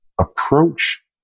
approach